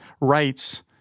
rights